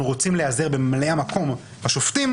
אנחנו רוצים להיעזר בממלאי מקום השופטים